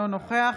אינו נוכח